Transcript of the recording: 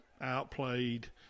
outplayed